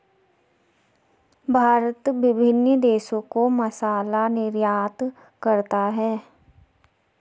भारत विभिन्न देशों को मसाला निर्यात करता है